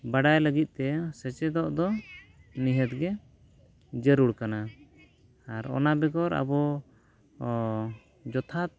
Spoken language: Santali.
ᱵᱟᱰᱟᱭ ᱞᱟᱹᱜᱤᱫ ᱛᱮ ᱥᱮᱪᱮᱫᱚᱜ ᱫᱚ ᱱᱤᱦᱟᱹᱛ ᱜᱮ ᱡᱟᱹᱨᱩᱲ ᱠᱟᱱᱟ ᱟᱨ ᱚᱱᱟ ᱵᱮᱜᱚᱨ ᱟᱵᱚ ᱡᱚᱛᱷᱟᱛ